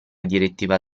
direttiva